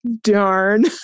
darn